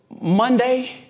Monday